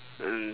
uh